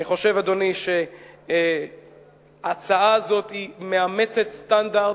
אני חושב, אדוני, שההצעה הזאת מאמצת סטנדרט,